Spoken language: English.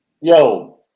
Yo